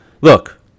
look